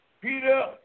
Peter